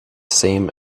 same